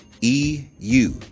E-U